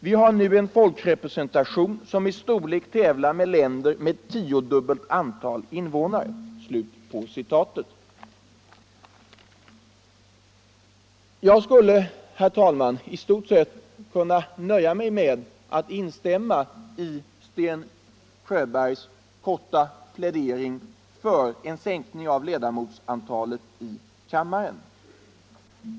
Vi har nu en folkrepresentation som i storlek tävlar med länder med tiodubbelt antal invånare.” Jag skulle, herr talman, i stort sett kunna nöja mig med att instämma i Sten Sjöbergs plädering för en sänkning av ledamotsantalet i kammaren.